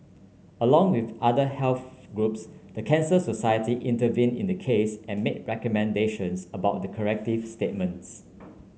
along with other health groups the Cancer Society intervened in the case and made recommendations about the corrective statements